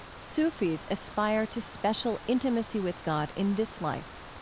sufis aspire to special intimacy with god in this life.